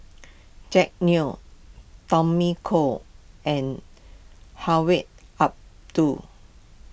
Jack Neo Tommy Koh and Hedwig